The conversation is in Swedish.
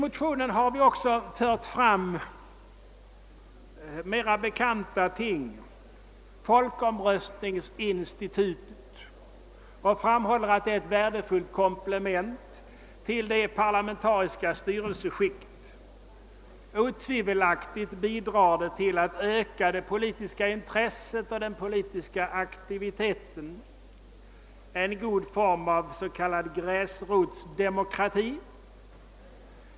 Åtgärder för att fördjupa och stärka det svenska folkstyret institutet som ett värdefullt komplement till det parlamentariska styrelseskicket. Det bidrar otvivelaktigt till att öka det politiska intresset och den politiska aktiviteten. Det är en god form av s.k. gräsrotsdemokrati.